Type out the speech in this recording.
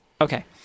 Okay